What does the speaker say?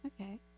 Okay